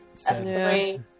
Three